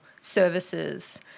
services